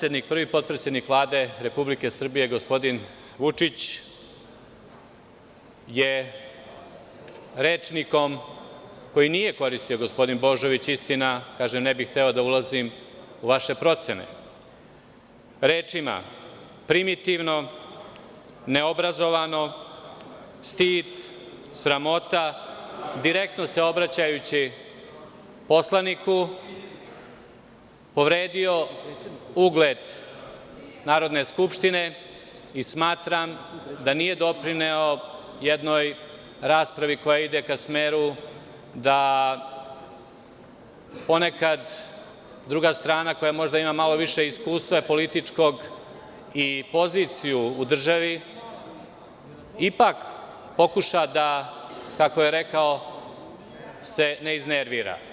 Međutim, prvi potpredsednik Vlade Republike Srbije, gospodin Vučić, je rečnikom koji nije koristio gospodin Božović istina, kažem ne bih hteo da ulazim u vaše procene, rečima „primitivno, neobrazovano, stid, sramota“ direktno se obraćajući poslaniku, povredio ugled Narodne skupštine i smatram da nije doprineo jednoj raspravi koja ide ka smeru da ponekad druga strana koja ima možda malo više iskustva političkog i poziciju u državi, ipak pokuša da, kako je rekao, se ne iznervira.